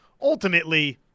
ultimately